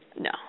No